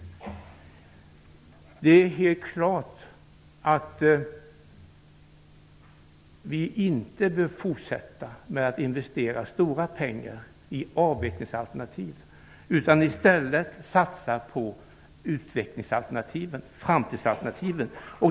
Det är helt klart att vi inte bör fortsätta med att investera stora pengar i avvecklingsalternativ. I stället bör vi satsa på utvecklingsalternativenframtidsalternativen.